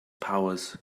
powers